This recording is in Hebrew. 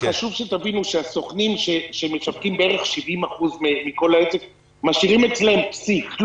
חשוב שתבינו שהסוכנים שמשווקים בערך 70% מכל העסק משאירים אצלם פסיק,